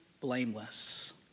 blameless